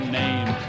name